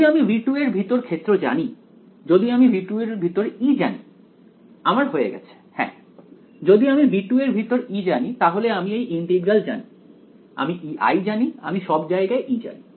যদি আমি V2 এর ভিতর ক্ষেত্র জানি যদি আমি V2 এর ভিতরে E জানি আমার হয়ে গেছে হ্যাঁ যদি আমি V2 এর ভিতর E জানি তাহলে আমি এই ইন্টিগ্রাল জানি আমি Ei জানি আমি সব জায়গায় E জানি